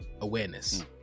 awareness